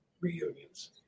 reunions